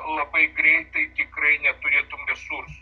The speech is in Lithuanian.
labai greitai tikrai neturėtum resursų